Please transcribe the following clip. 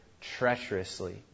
treacherously